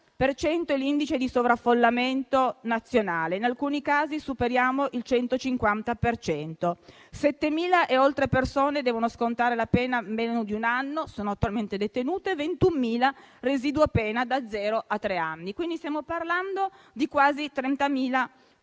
per cento è l'indice di sovraffollamento nazionale, in alcuni casi superiamo il 150 per cento; 7.000 e oltre persone devono scontare la pena in meno di un anno e sono attualmente detenute 21.000 persone, con residuo pena da zero a tre anni. Quindi, stiamo parlando di quasi 30.000 persone.